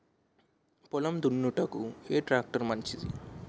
పొలం దున్నుటకు ఏ ట్రాక్టర్ మంచిది?